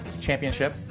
championship